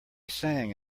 sang